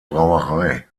brauerei